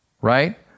right